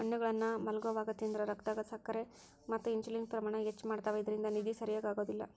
ಹಣ್ಣುಗಳನ್ನ ಮಲ್ಗೊವಾಗ ತಿಂದ್ರ ರಕ್ತದಾಗ ಸಕ್ಕರೆ ಮತ್ತ ಇನ್ಸುಲಿನ್ ಪ್ರಮಾಣ ಹೆಚ್ಚ್ ಮಾಡ್ತವಾ ಇದ್ರಿಂದ ನಿದ್ದಿ ಸರಿಯಾಗೋದಿಲ್ಲ